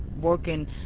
working